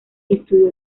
estudió